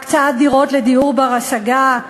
הקצאת דירות לדיור בר-השגה,